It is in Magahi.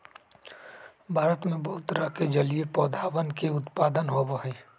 भारत में बहुत तरह के जलीय पौधवन के उत्पादन होबा हई